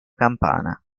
campana